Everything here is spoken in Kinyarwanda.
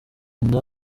inda